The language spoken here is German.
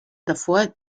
davor